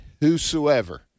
whosoever